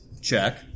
Check